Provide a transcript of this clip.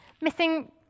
missing